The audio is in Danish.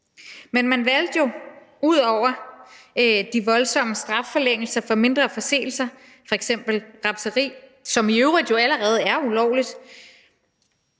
Men man valgte jo, ud over de voldsomme strafforlængelser i forhold til mindre forseelser – f.eks. rapseri, som jo i øvrigt allerede er ulovligt